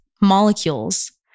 molecules